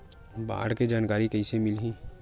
बाढ़ के जानकारी कइसे मिलही?